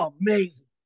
amazing